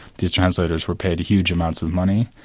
these translators were paid huge amounts of money,